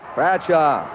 Bradshaw